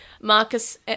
Marcus